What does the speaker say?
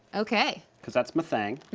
okay. cause that's my thing.